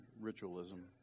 ritualism